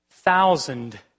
thousand